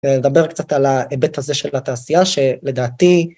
נדבר קצת על ההיבט הזה של התעשייה, שלדעתי...